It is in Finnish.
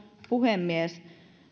puhemies